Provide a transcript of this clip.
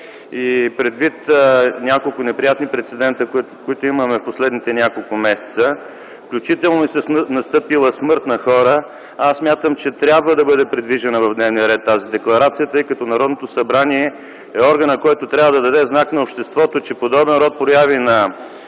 и предвид няколко неприятни прецедента, които имаме в последните няколко месеца, включително и с настъпила смърт на хора, аз смятам, че тази декларация трябва да бъде придвижена в дневния ред, тъй като Народното събрание е органът, който трябва да даде знак на обществото, че подобен род прояви на